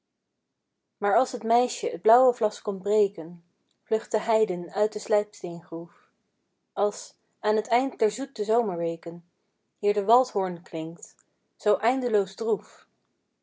maar als t meisje t blauwe vlas komt breken vlucht de heiden uit de slijpsteengroef als aan t eind der zoele zomerweken hier de waldhoorn klinkt zoo eindeloos droef